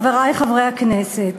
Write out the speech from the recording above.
חברי חברי הכנסת,